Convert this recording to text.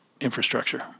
infrastructure